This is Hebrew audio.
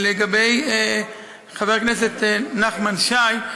לגבי חבר הכנסת נחמן שי,